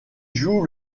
joue